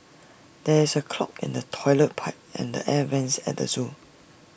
there is A clog in the Toilet Pipe and the air Vents at the Zoo